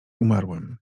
umarłym